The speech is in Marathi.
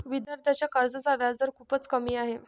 विद्यार्थ्यांच्या कर्जाचा व्याजदर खूपच कमी आहे